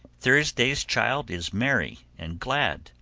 thursday's child is merry and glad,